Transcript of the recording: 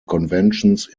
conventions